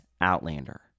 Outlander